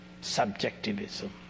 subjectivism